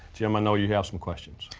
jim i know you have some questions.